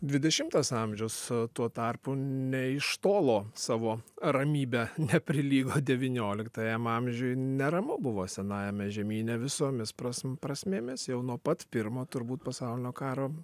dvidešimtas amžiaus tuo tarpu ne iš tolo savo ramybe neprilygo devynioliktajam amžiui neramu buvo senajame žemyne visomis prasm prasmėmis jau nuo pat pirmo turbūt pasaulinio karo